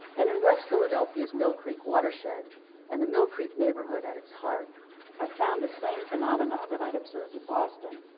and in west philadelphia's mill creek watershed and the mill creek neighborhood at its heart i found the same phenomena that i'd observed in boston.